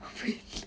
freak